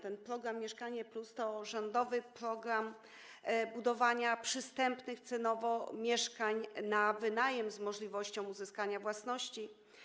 Ten program „Mieszkanie+” to rządowy program budowania przystępnych cenowo mieszkań na wynajem z możliwością uzyskania własności.